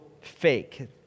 fake